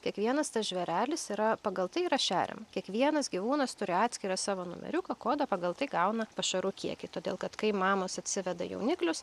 kiekvienas tas žvėrelis yra pagal tai yra šeriama kiekvienas gyvūnas turi atskirą savo numeriuką kodą pagal tai gauna pašarų kiekį todėl kad kai mamos atsiveda jauniklius